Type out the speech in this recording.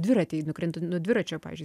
dviratį nukrintu nuo dviračio pavyzdžiui